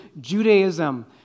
Judaism